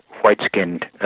white-skinned